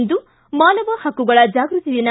ಇಂದು ಮಾನವ ಹಕ್ಕುಗಳ ಜಾಗೃತಿ ದಿನ